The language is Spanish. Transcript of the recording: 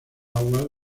aguas